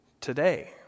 today